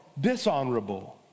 dishonorable